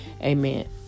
Amen